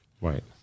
Right